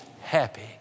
happy